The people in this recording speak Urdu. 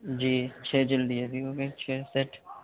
جی چھ جلد یہ بھی ہوگئیں چھ سیٹ